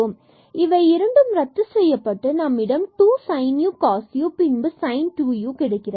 இவை இரண்டும் ரத்து செய்யப்பட்டு நம்மிடம் 2 sin u cos u பின்பு sin 2 u கிடைக்கிறது